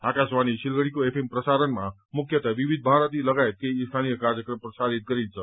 आकाशवाणी सिलगढ़ीको एफएम प्रसारणमा मुख्यतः विविध भारती लगायत केही स्थानीय कार्यक्रम प्रसारित गरिन्छ